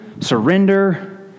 surrender